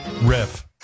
riff